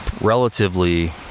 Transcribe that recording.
relatively